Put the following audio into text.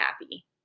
happy